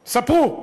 ספרו.